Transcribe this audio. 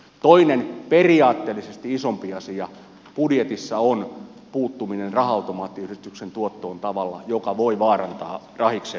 toinen periaatteellisesti isompi asia budjetissa on puuttuminen raha automaattiyhdistyksen tuottoon tavalla joka voi vaarantaa rahiksen monopoliaseman